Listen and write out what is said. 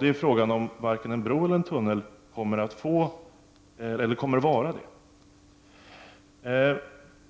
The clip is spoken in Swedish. Det är frågan om en bro eller tunnel kommer att uppfylla dessa kriterier.